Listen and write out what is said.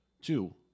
Two